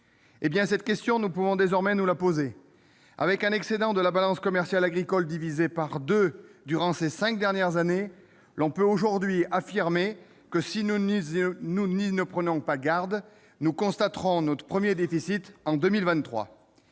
cette question, nous pouvons désormais nous la poser. Avec un excédent de la balance commerciale agricole divisé par deux au cours des cinq dernières années, on peut aujourd'hui affirmer que, si nous n'y prenons pas garde, nous constaterons notre premier déficit en 2023